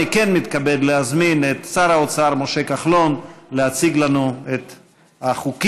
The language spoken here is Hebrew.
אני כן מתכבד להזמין את שר האוצר משה כחלון להציג לנו את החוקים.